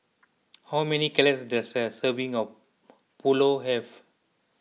how many calories does a serving of Pulao have